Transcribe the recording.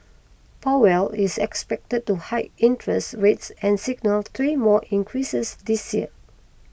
Powell is expected to hike interest rates and signal three more increases this year